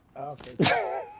okay